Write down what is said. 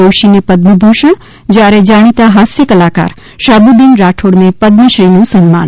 દોશીને પદ્મભૂષણ જયારે જાણીતા હાસ્ય કલાકાર શાહબુદ્દીન રાઠોડને પદ્મશ્રીનું સન્માન